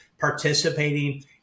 participating